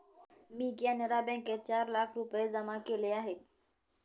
मी कॅनरा बँकेत चार लाख रुपये जमा केले आहेत